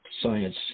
Science